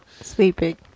Sleeping